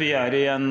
Vi er i en